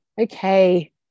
Okay